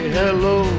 hello